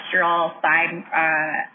side